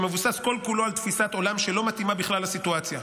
שמבוסס כל-כולו על תפיסת עולם שלא מתאימה בכלל לסיטואציה.